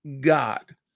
God